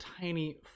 tiny